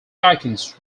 icons